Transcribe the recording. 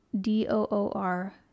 D-O-O-R